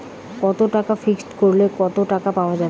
কত টাকা ফিক্সড করিলে কত টাকা পাওয়া যাবে?